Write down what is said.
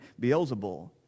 Beelzebul